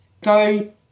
Go